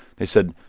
they said,